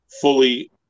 fully –